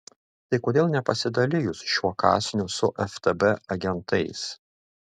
tai kodėl nepasidalijus šiuo kąsniu su ftb agentais